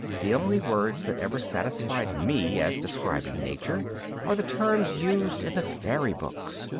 the only words that ever satisfied me as describing nature are the terms used in the fairy books,